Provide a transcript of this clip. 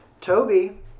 Toby